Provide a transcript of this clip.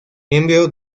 miembro